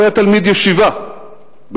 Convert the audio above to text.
הוא היה תלמיד ישיבה בליטא.